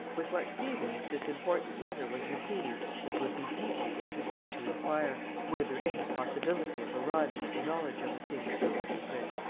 with what feelings this important letter was received it would be deeply interesting to inquire, were there any possibility of arriving at the knowledge of a thing so secret.